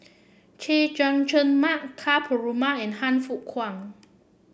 Chay Jung Jun Mark Ka Perumal and Han Fook Kwang